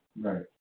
Right